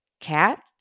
cat